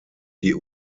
die